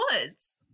woods